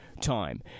time